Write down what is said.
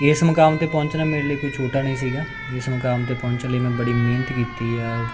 ਇਸ ਮੁਕਾਮ 'ਤੇ ਪਹੁੰਚਣਾ ਮੇਰੇ ਲਈ ਕੋਈ ਛੋਟਾ ਨਹੀਂ ਸੀਗਾ ਇਸ ਮੁਕਾਮ 'ਤੇ ਪਹੁੰਚਣ ਲਈ ਮੈਂ ਬੜੀ ਮਿਹਨਤ ਕੀਤੀ ਆ